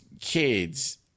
kids